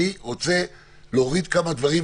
אני רוצה להוריד כמה דברים.